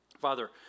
Father